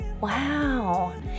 wow